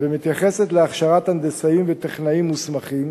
ומתייחסת להכשרת הנדסאים וטכנאים מוסמכים,